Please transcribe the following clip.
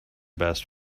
best